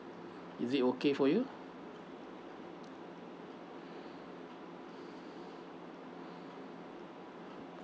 is it okay for you